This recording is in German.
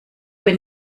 wenn